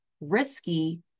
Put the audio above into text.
risky